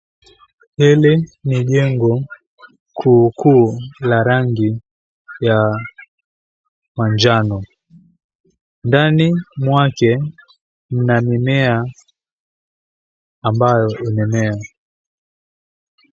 Hili ni jengo kuu la rangi ya manjano. Ndani mwake mna mimea ambayo imemea.